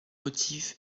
motif